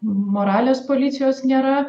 moralės policijos nėra